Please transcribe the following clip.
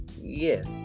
Yes